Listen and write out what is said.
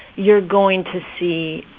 you're going to see